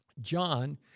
John